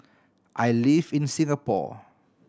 I live in Singapore